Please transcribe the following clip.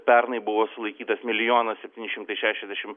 pernai buvo sulaikytas milijonas septyni šimtai šešiasdešim